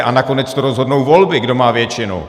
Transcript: A nakonec to rozhodnou volby, kdo má většinu.